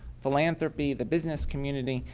philanthropy, the business community,